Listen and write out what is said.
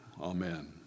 Amen